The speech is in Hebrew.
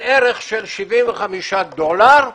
בערך של 75 דולר,